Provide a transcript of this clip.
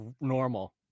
normal